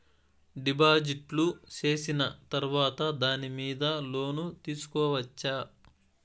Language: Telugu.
డిపాజిట్లు సేసిన తర్వాత దాని మీద లోను తీసుకోవచ్చా?